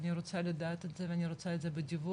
אני רוצה לדעת את זה ואני רוצה את זה בדיווח,